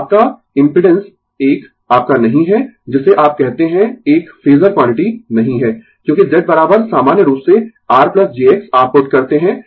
तो आपका इम्पिडेंस एक आपका नहीं है जिसे आप कहते है एक फेजर क्वांटिटी नहीं है क्योंकि Z सामान्य रूप से R j X आप पुट करते है